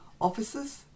Officers